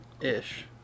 ish